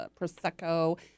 Prosecco